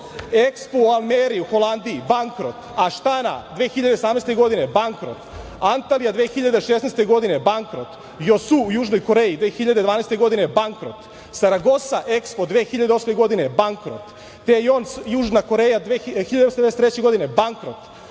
u Almeri u Holandiji – bankrot, Astana 2018. godine – bankrot, Antalija 2016. godine – bankrot, Jeosu u Južnoj Koreji 2012. godine – bankrot, Saragosa EKSPO 2008. godine – bankrot, Tejons Južna Koreja 1993. godine – bankrot,